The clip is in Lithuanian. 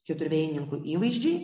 keturvėjininkų įvaizdžiai